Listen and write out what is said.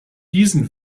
diesen